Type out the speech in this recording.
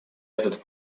этот